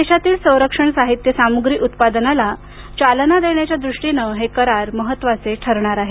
देशातील संरक्षण साहित्य सामुग्री उत्पादनाला चालना देण्याच्या दृष्टीनं हे करार महत्त्वाचे ठरणार आहेत